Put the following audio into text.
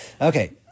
Okay